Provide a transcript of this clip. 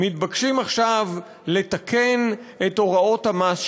מתבקשים עכשיו לתקן את הוראות המס שלנו,